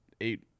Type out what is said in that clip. eight